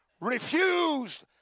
refused